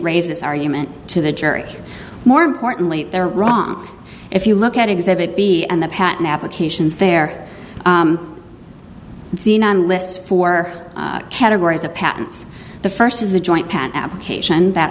raise this argument to the jury more importantly they're wrong if you look at exhibit b and the patent applications they're seen on lists four categories of patents the first is the joint patent application that